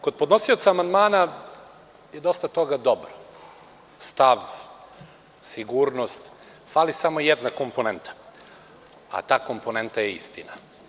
Kod podnosioca amandmana je dosta toga dobro - stav, sigurnost, ali fali samo jedna komponenta, a ta komponenta je istina.